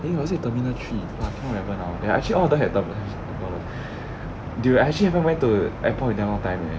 eh was it terminal three !wah! I cannot remember now ya actually all of them have them oh dude I actually haven't went to airport in a long time eh